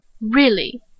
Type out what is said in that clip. Really